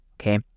okay